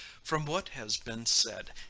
from what has been said,